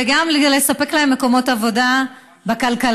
וגם לספק להם מקומות עבודה בכלכלה.